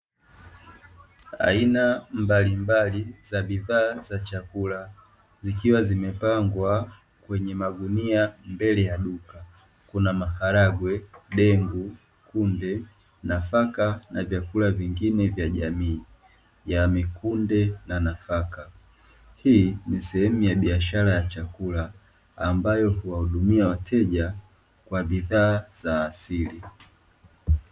Aina mbalimbali za bidhaa za chakula zikiwa zimepangwa kwenye magunia mbele ya duka, kuna; maharagwe, dengu, kunde, nafaka, na vyakula vingine vya jamii ya mikunde na nafaka. Hii ni sehemu ya biashara ya chakula ambayo huwa hudumia wateja kwa bidhaa za asili.